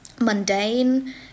mundane